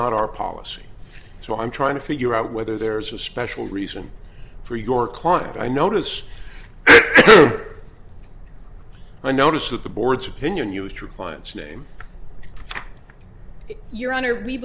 not our policy so i'm trying to figure out whether there's a special reason for your conduct i notice i notice that the board's opinion used your client's name your honor we